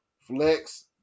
flex